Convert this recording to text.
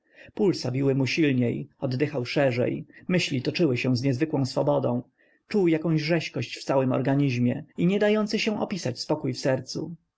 biły mu silniej oddychał szerzej myśli toczyły się z niezwykłą swobodą czuł jakąś rzeźkość w całym organizmie i niedający się opisać spokój w sercu